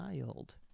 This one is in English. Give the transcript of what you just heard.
child